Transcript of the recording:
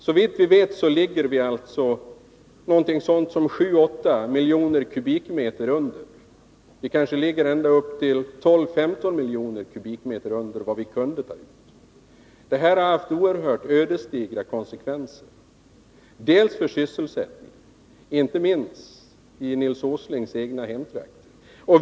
Såvitt vi vet ligger vi 7-8 miljoner kubikmeter, kanske upp till 12-15 miljoner kubikmeter, under vad vi kunde ta ut. Det här har fått oerhört svåra konsekvenser. Det gäller sysselsättningen, inte minst i Nils Åslings egna hemtrakter.